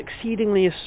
exceedingly